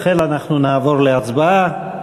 לכן אנחנו נעבור להצבעה.